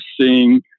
seeing